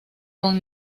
con